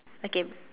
okay